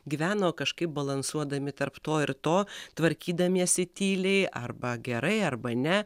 gyveno kažkaip balansuodami tarp to ir to tvarkydamiesi tyliai arba gerai arba ne